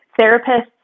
therapists